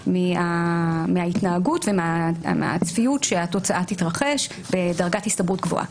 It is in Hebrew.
מההתנהגות ומהצפיות שהתוצאה תתרחש בדרגת הסתברות גבוהה.